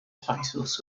titles